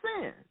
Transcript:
sin